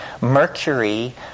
mercury